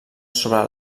sobre